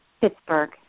Pittsburgh